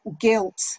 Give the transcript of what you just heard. guilt